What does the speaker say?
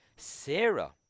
Sarah